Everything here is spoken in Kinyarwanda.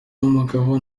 umugabo